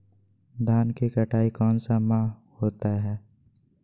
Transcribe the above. धान की कटाई कौन सा माह होता है?